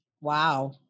wow